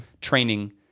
training